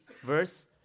verse